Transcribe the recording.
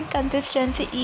Consistency